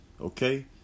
Okay